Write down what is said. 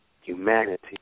humanity